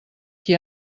qui